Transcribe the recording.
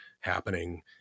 happening